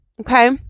Okay